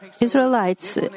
Israelites